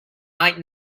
might